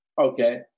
okay